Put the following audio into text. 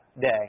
day